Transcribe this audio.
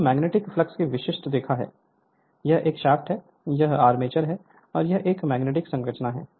तो यह magnetic flux की विशिष्ट रेखा है यह एक शाफ्ट है यह आर्मेचर है और यह एक मैग्नेटिक संरचना है